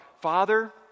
Father